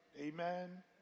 Amen